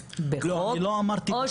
להערכת מסוכנות,